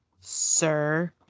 Sir